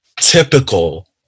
Typical